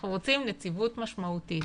אנחנו רוצים נציבות משמעותית.